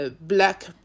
black